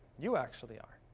you actually are,